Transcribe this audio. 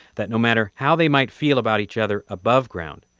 that no matter how they might feel about each other above ground,